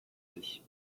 sich